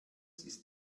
ist